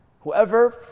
Whoever